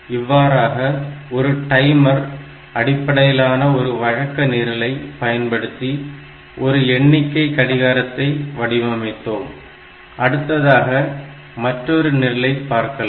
இவ்வாறாக ஒரு டைமர் அடிப்படையிலான ஒரு வழக்க நிரலை பயன்படுத்தி ஒரு எண்ணிக்கை கடிகாரத்தை வடிவமைத்தோம் அடுத்ததாக மற்றொரு நிரலை பார்க்கலாம்